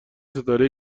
ستاره